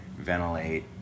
ventilate